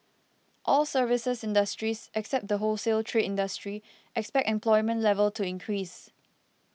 all services industries except the wholesale trade industry expect employment level to increase